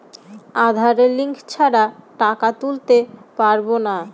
আধার link ছাড়া টাকা তুলতে পারব না?